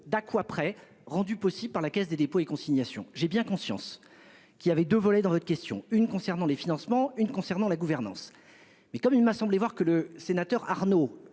d'Aqua près rendue possible par la Caisse des dépôts et consignations. J'ai bien conscience qu'il avait 2 volets dans votre question. Une concernant les financements une concernant la gouvernance, mais comme il m'a semblé voir que le sénateur Arnaud